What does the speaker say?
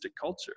culture